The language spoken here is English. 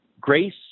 Grace